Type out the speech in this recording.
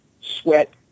sweat